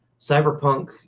cyberpunk